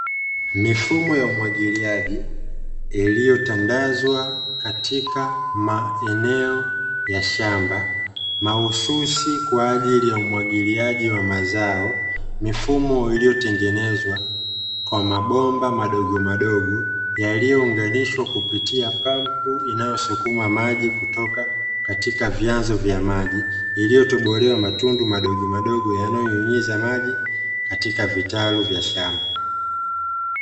Mifumo ya umwagiliaji iliyotandazwa katika maeneo ya shamba, mahususi kwa ajili ya umwagiliaji wa mazao, mifumo iliyotengenezwa kwa mabomba madogomadogo, yaliyounganishwa kupitia pampu inayosukuma maji, kutoka katika vyanzo vya maji iliyotobolewa matundu madogomadogo yanayonyunyiza maji katika vitalu vya shamba.